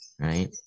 right